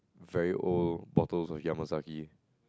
very old bottles of yamasake